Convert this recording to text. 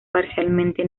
parcialmente